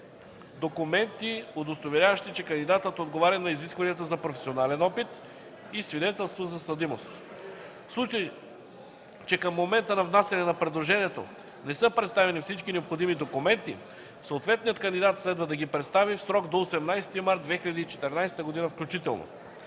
документи, удостоверяващи, че кандидатът отговаря на изискванията за професионален опит; - свидетелство за съдимост. В случай че към момента на внасяне на предложението не са представени всички необходими документи, съответният кандидат следва да ги представи в срок до 18 март 2014 г. включително.